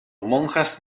monjas